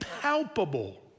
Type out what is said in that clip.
palpable